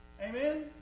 Amen